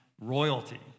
royalty